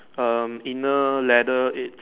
um inner ladder it's